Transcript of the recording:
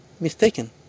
mistaken